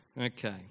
Okay